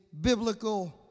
biblical